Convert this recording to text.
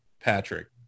Patrick